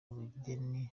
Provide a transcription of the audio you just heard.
ubugeni